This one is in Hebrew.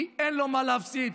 כי אין לו מה להפסיד,